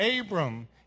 Abram